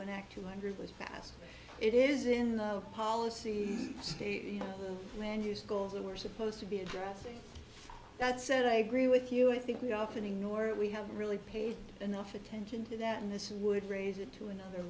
one act two hundred was passed it is in the policy statement when you schools that were supposed to be addressing that said i agree with you i think we often ignore it we haven't really paid enough attention to that and this would raise it to another